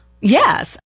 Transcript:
Yes